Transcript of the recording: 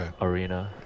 Arena